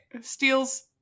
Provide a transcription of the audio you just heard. Steals